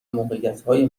موقعیتهای